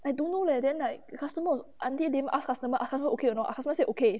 I don't know leh then like customers als~ auntie lian did ask customer err hello okay or not customer says okay